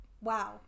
wow